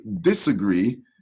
disagree